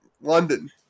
London